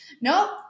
Nope